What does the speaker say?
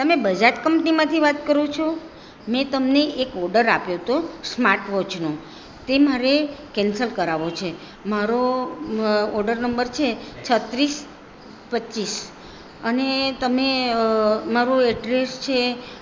તમે બજાજ કંપનીમાંથી વાત કરો છો મેં તમને એક ઓડર આપ્યો તો સ્માર્ટ વોચનો તે મારે કેન્સલ કરાવવો છે મારો ઓડર નંબર છે છત્રીસ પચ્ચીસ અને તમે મારું એડ્રેસ છે